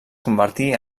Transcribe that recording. convertí